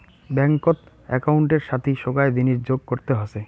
ব্যাঙ্কত একউন্টের সাথি সোগায় জিনিস যোগ করতে হসে